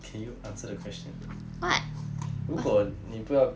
can you answer the question 如果你不要